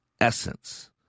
essence